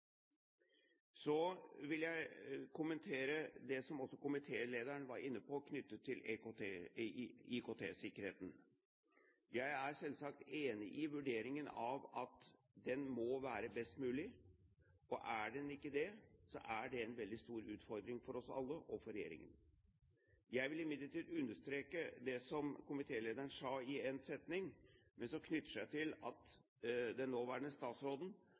Så vil jeg kommentere det som også komitélederen var inne på knyttet til IKT-sikkerheten. Jeg er selvsagt enig i den vurderingen at den må være best mulig. Er den ikke det, er det en veldig stor utfordring for oss alle og for regjeringen. Jeg vil imidlertid understreke det som komitélederen sa i en setning, men som knytter seg til at den nåværende statsråden